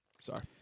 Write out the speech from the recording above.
sorry